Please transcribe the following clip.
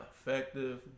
effective